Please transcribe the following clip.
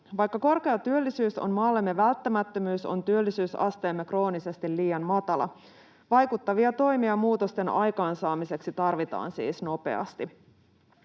Vaikka korkea työllisyys on maallemme välttämättömyys, on työllisyysasteemme kroonisesti liian matala. Vaikuttavia toimia muutosten aikaan saamiseksi tarvitaan siis nopeasti.